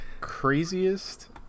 craziest